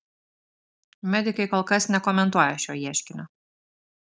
medikai kol kas nekomentuoja šio ieškinio